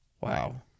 Wow